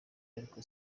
ariko